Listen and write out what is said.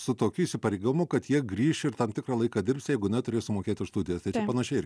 su tokiu įsipareigojimu kad jie grįš ir tam tikrą laiką dirbs jeigu ne turės sumokėti už studijas tai čia panašiai irgi